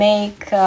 Make